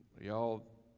y'all